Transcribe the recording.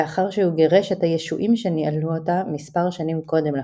לאחר שהוא גירש את הישועים שניהלו אותה מספר שנים קודם לכן.